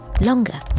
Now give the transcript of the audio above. longer